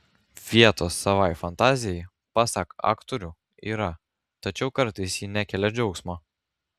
vietos savai fantazijai pasak aktorių yra tačiau kartais ji nekelia džiaugsmo